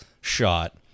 shot